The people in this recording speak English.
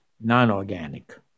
non-organic